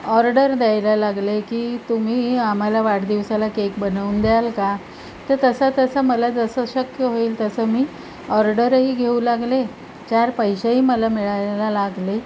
order द्यायला लागले की तुम्ही आम्हाला वाढदिवसाला केक बनवून द्याल का तर तसा तसा मला जसं शक्य होईल तसं मी ऑर्डरही घेऊ लागले चार पैसेही मला मिळायला लागले